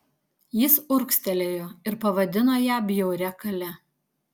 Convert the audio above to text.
jis urgztelėjo ir pavadino ją bjauria kale